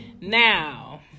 Now